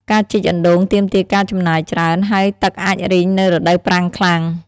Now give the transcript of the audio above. ការជីកអណ្ដូងទាមទារការចំណាយច្រើន ហើយទឹកអាចរីងនៅរដូវប្រាំងខ្លាំង។